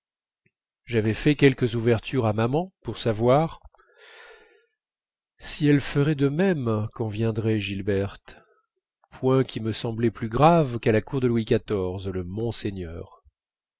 j'avais fait quelques ouvertures à maman pour savoir si elle ferait de même quand viendrait gilberte point qui me semblait plus grave qu'à la cour de louis xiv le monseigneur